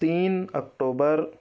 تین اکٹوبر